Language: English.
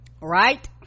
right